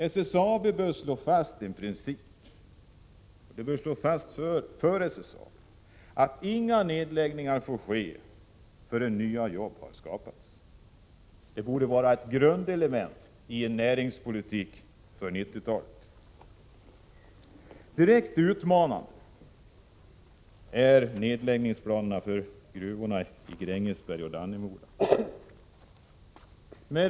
För SSAB bör den principen slås fast, att inga nedläggningar får ske förrän nya jobb har skapats. Det borde vara ett grundelement i en näringspolitik för 90-talet. Direkt utmanande är nedläggningsplanerna för gruvorna i Grängesberg och Dannemora.